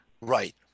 Right